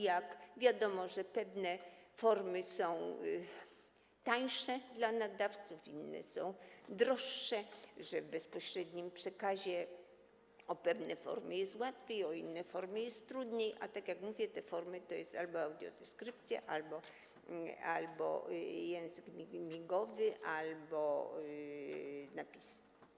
Jak wiadomo, pewne formy są tańsze dla nadawcy, inne są droższe, w bezpośrednim przekazie o pewne formy jest łatwiej, o inne formy jest trudniej, a tak jak mówię, te formy to albo audiodeskrypcja, albo język migowy, albo napisy.